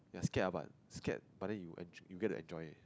ya scared lah but scared but then you enj~ you get to enjoy it